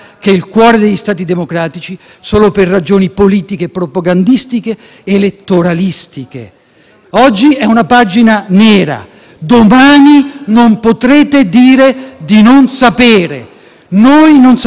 è una pagina nera. Domani non potrete dire di non sapere. Noi non saremo complici; continueremo a parlare e a denunciare a voce alta; risveglieremo quelle coscienze